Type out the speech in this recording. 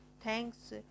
Thanks